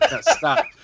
stop